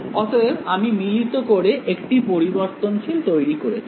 অতএব আমি মিলিত করে একটি পরিবর্তনশীল তৈরি করেছি